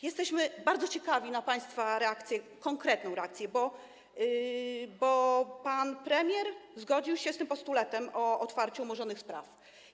Jesteśmy bardzo ciekawi państwa reakcji, konkretnej reakcji, bo pan premier zgodził się z postulatem otwarcia umorzonych spraw.